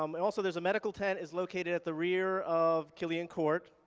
um and also, there's a medical tent. it's located at the rear of killian court.